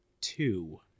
Two